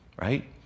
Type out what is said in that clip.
right